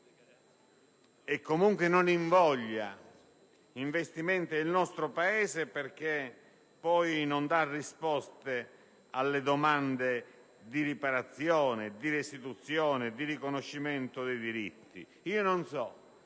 e comunque non invoglia investimenti nel nostro Paese e non dà risposte alle domande di riparazione, di restituzione, di riconoscimento dei diritti. Si tratta